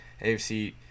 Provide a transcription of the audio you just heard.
AFC